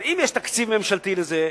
אז אם יש תקציב ממשלתי לזה,